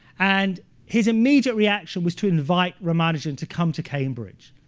and his immediate reaction was to invite ramanujan to come to cambridge.